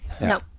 No